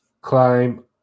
climb